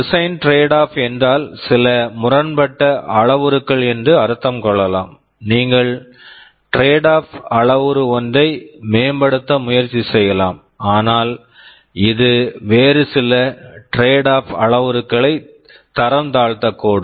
design trade off trade off என்றால் சில முரண்பட்ட அளவுருக்கள் என்று அர்த்தம் கொள்ளலாம் நீங்கள் டிரேட் ஆஃப் trade off அளவுரு ஒன்றை மேம்படுத்த முயற்சி செய்யலாம் ஆனால் இது வேறு சில டிரேட் ஆஃப் trade off அளவுருக்களை தரம் தாழ்த்தக்கூடும்